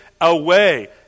away